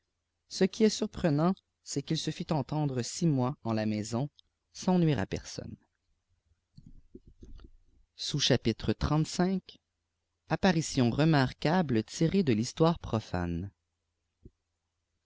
ce qui est surprenant c'est qu'il se fit entendre sicmh ç l maison sans nuire à personne apparition remarquable tirée de l'histoire prof